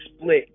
split